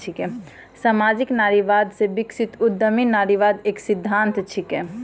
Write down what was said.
सामाजिक नारीवाद से विकसित उद्यमी नारीवाद एक सिद्धांत छिकै